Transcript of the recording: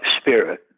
spirit